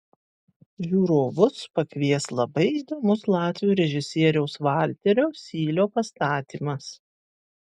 žiūrovus pakvies labai įdomus latvių režisieriaus valterio sylio pastatymas